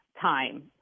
time